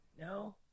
No